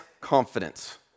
confidence